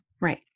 Right